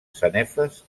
sanefes